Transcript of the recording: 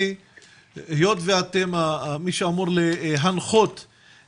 היות ואתם מי שאמור להנחות.